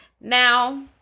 Now